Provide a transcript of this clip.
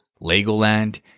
Legoland